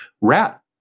Rat